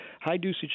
high-dosage